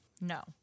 No